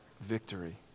victory